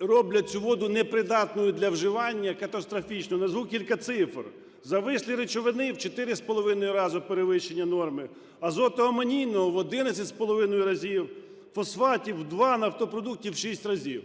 роблять цю воду непридатною для вживання, катастрофічна. Назву кілька цифр. Завислі речовини - в 4,5 рази перевищення норми. Азотоамонійного - в 11,5 разів. Фосфатів - в 2. Нафтопродуктів - в 6 разів.